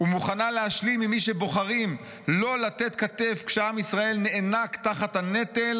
ומוכנה להשלים עם מי שבוחרים לא לתת כתף כשעם ישראל נאנק תחת הנטל,